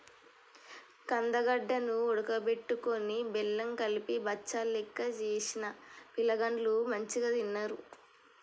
కందగడ్డ ను ఉడుకబెట్టుకొని బెల్లం కలిపి బచ్చలెక్క చేసిన పిలగాండ్లు మంచిగ తిన్నరు